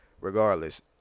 Regardless